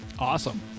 awesome